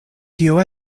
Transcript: tio